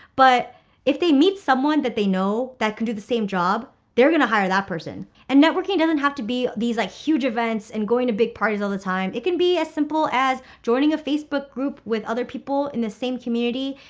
but if they meet someone that they know, that can do the same job, they're going to hire that person. and networking doesn't have to be these like huge events and going to big parties all the time. it can be as simple as joining a facebook group with other people in the same community.